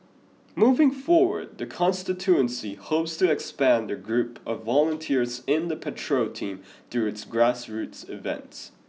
moving forward the constituency hopes to expand their group of volunteers in the patrol team through its grassroots events